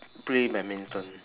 play badminton